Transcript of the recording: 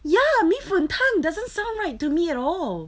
ya 米粉汤 doesn't sound right to me at all